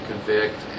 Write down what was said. convict